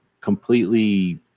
completely